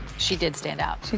she did stand out. she